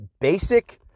basic